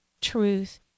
truth